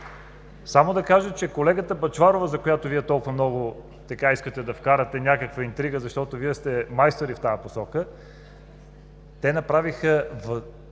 Само да кажа, че колегата Бъчварова, за която Вие толкова много така искате да вкарате някаква интрига, защото сте майстори в тази посока – те направиха